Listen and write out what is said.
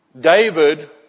David